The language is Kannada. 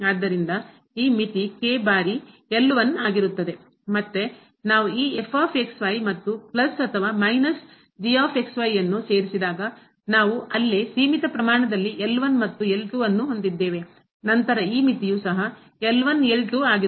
ಆದ್ದರಿಂದ ಈ ಮಿತಿ ಬಾರಿ ಮತ್ತೆ ನಾವು ಈ ಮತ್ತು ಪ್ಲಸ್ ಅಥವಾ ಮೈನಸ್ ನಾವು ಅಲ್ಲಿಸೀಮಿತ ಪ್ರಮಾಣದಲ್ಲಿ ಮತ್ತು ಹೊಂದಿದ್ದೇವೆ ನಂತರ ಈ ಮಿತಿಯು ಸಹ